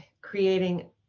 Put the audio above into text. creating